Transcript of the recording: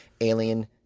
alien